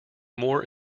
more